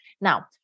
Now